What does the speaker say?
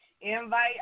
Invite